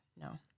no